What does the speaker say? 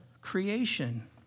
creation